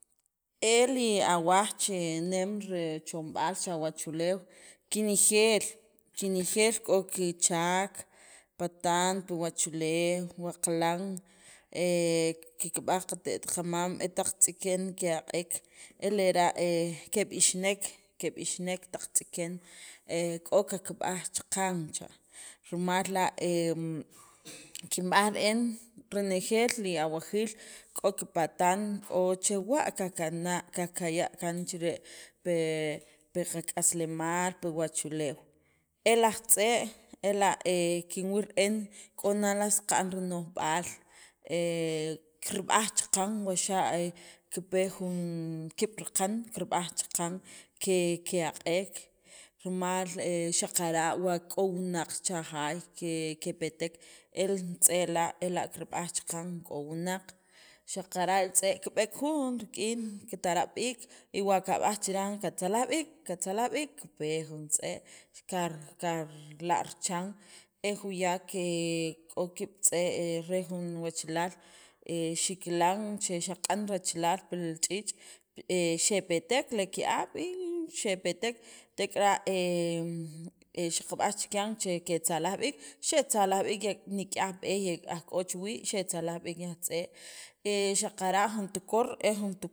E li awaj che nem richomb'al che wachuleew, kinejeel, kinejeel, k'o kichaak patan pi wachuleew, wa qilan he kikb'aj qate't qamam, e taq tz'iken ke'aq'ek, e lera' keb'ixnek, keb'isnek taq tz'iken, he k'o kikb'aj chikyan cha', rimal la' em kinb'aj re'en k'o kipatan k'o chewa' kikana', kikya' kaan chire' pe qak'aslemaal, pi wachuleew. E laj tz'e' kinwil r'en k'o nan saqa'n rino'jb'al, he kirb'aj chaqan wa xa' kipe juun kib' raqan, kirb'aj chaqan ke ke'aq'ek rimal xaqara' wa k'o wunaq cha jaay, ke kepetek, el juntz'e' la' ela' kirb'aj chaqan k'o wunaq. xaqara' li tz'e' kib'eek jun rik'in, kitarb' b'iik y wa kab'aj chan kattzalaj b'iik, kattzalaj b'iik, kipe jun tz'e' kar karila' richan, e juyak he k'o kib' tz'e' re jun wachalaal e xikilan che xaq'an rachalaal pil ch'iich' e xepetek li ki'ab', yyyyy xepetek tek'ara' he em he xaq b'aj chikyan che ketzalaj b'iik xetzalaj b'iik ya e nik'yaj b'eey aj k'och wii' xetzalaj b'iik nik'yaj tz'e', xaqara' li tukor e jun tukor.